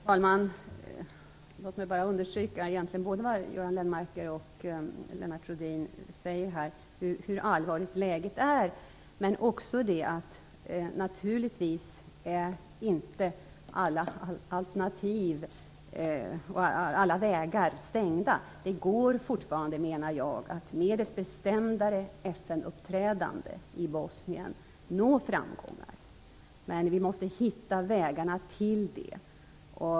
Herr talman! Jag vill understryka både vad Göran Lennmarker och Lennart Rohdin säger här om hur allvarligt läget är och att alla alternativ och vägar naturligtvis inte är stängda. Det går fortfarande, menar jag, att med ett bestämdare FN-uppträdande i Bosnien nå framgångar. Men vi måste hitta vägarna till det.